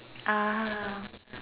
ah